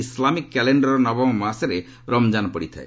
Islamic କ୍ୟାଲେଣ୍ଡରର ନବମ ମାସରେ ରମ୍ଜାନ ପଡ଼ିଥାଏ